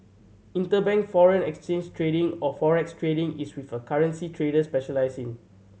interbank foreign exchange trading or Forex trading is with a currency trader specialises in